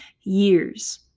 years